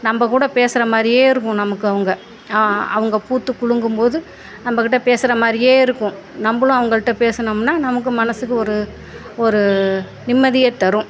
நம்ப கூட பேசுகிற மாதிரியே இருக்கும் நமக்கு அவங்க ஆ அவங்க பூத்து குலுங்கும் போது நம்ப கிட்ட பேசுகிற மாதிரியே இருக்கும் நம்பளும் அவங்கள்கிட்ட பேசுனோம்னா நமக்கு மனசுக்கு ஒரு ஒரு நிம்மதியை தரும்